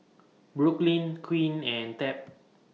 Brooklynn Quinn and Tab